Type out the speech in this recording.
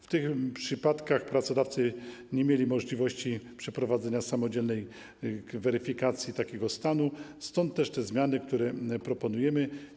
W tych przypadkach pracodawcy nie mieli możliwości przeprowadzenia samodzielnej weryfikacji takiego stanu, stąd też te zmiany, które proponujemy.